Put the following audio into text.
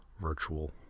virtual